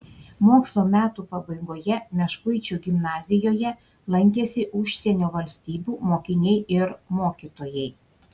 mokslo metų pabaigoje meškuičių gimnazijoje lankėsi užsienio valstybių mokiniai ir mokytojai